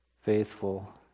faithful